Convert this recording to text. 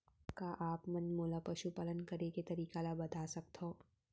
का आप मन मोला पशुपालन करे के तरीका ल बता सकथव?